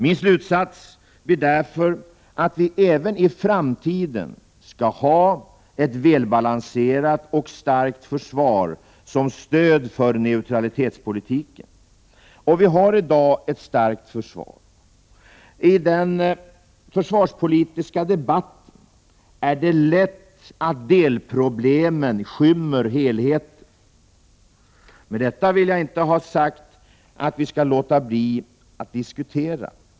Min slutsats blir därför att vi även i framtiden skall ha ett välbalanserat och starkt försvar som stöd för neutralitetspolitiken. Och vi har i dag ett starkt försvar. I den försvarspolitiska debatten är det lätt att delproblemen skymmer helheten. Med detta vill jag inte ha sagt att vi skall låta bli att diskutera.